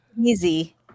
easy